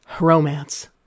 Romance